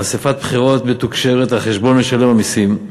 אספת בחירות מתוקשרת על חשבון משלם המסים,